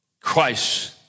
Christ